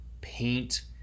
paint